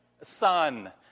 son